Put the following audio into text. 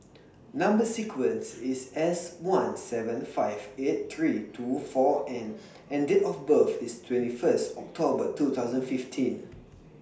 Number sequence IS S one seven five eight three two four N and Date of birth IS twenty First October two thousand fifteen